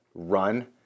run